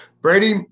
Brady